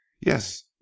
Yes